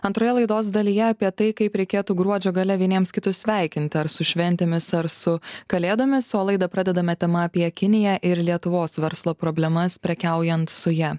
antroje laidos dalyje apie tai kaip reikėtų gruodžio gale vieniems kitus sveikinti ar su šventėmis ar su kalėdomis o laidą pradedame tema apie kiniją ir lietuvos verslo problemas prekiaujant su ja